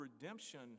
redemption